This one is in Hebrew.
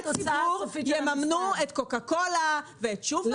החלטה לממן בכספי ציבור את רשתות השיווק?